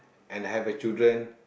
and I have a children